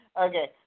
Okay